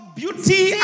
beauty